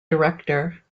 director